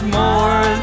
more